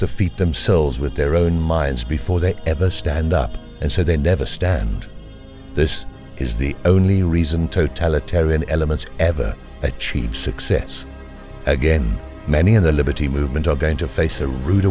defeat themselves with their own minds before they ever stand up and said they never stand this is the only reason totalitarian elements ever achieve success again many in the liberty movement are going to face a rude